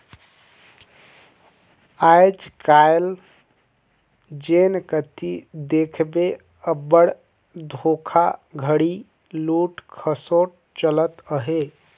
आएज काएल जेन कती देखबे अब्बड़ धोखाघड़ी, लूट खसोट चलत अहे